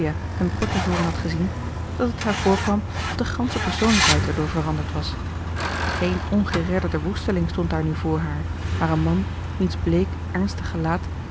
hem kort te voren had gezien dat het haar voorkwam of de gansche persoonlijkheid er door veranderd was geen ongeredderde woesteling stond daar nu voor haar maar een man wiens bleek ernstig gelaat